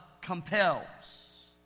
compels